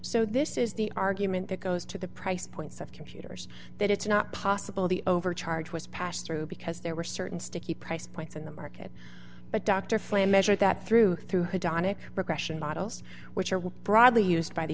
so this is the argument that goes to the price points of computers that it's not possible the overcharge was passed through because there were certain sticky price points in the market but dr flame measured that through through donek regression models which are was broadly used by the